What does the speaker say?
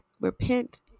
repent